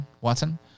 Watson